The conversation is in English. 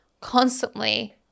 constantly